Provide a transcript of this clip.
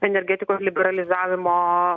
energetikos liberalizavimo